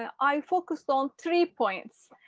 i focus on three points,